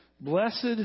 Blessed